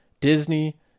Disney